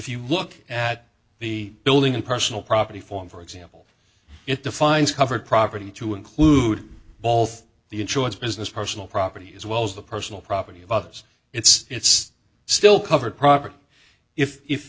you look at the building and personal property form for example it defines covered property to include both the insurance business personal property as well as the personal property of others it's still covered